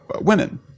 women